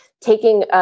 taking